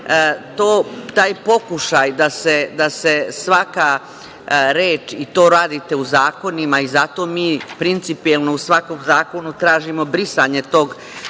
taj pokušaj da se svaka reč, i to radite u zakonima i zato mi principijelno u svakom zakonu tražimo brisanje tog,